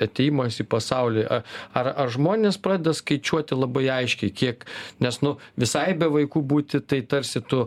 atėjimas į pasaulį a ar ar žmonės pradeda skaičiuoti labai aiškiai kiek nes nu visai be vaikų būti tai tarsi tu